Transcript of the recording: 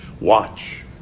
Watch